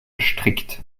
gestrickt